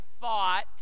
thought